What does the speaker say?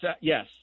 yes